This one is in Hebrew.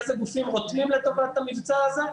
איזה גופים רותמים לטובת המבצע הזה,